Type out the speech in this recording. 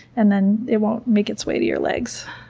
and then it won't make its way to your legs.